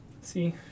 see